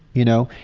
you know,